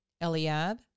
Eliab